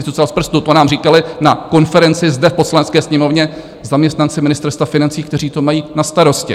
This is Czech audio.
To nám říkali na konferenci zde v Poslanecké sněmovně zaměstnanci Ministerstva financí, kteří to mají na starosti.